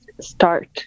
start